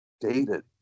dated